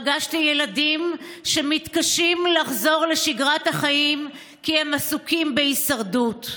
פגשתי ילדים שמתקשים לחזור לשגרת החיים כי הם עסוקים בהישרדות.